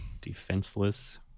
Defenseless